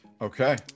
Okay